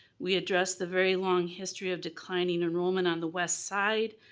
we addressed the very long history of declining enrollment on the west side,